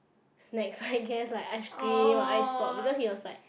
snacks I guess like ice cream or ice pop because he was like